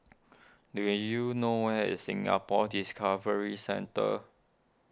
do you know where is Singapore Discovery Centre